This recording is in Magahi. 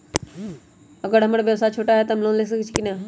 अगर हमर व्यवसाय छोटा है त हम लोन ले सकईछी की न?